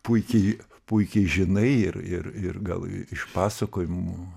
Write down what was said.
puikiai puikiai žinai ir ir ir gal iš pasakojimų